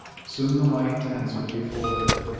soon the white tents would be folded,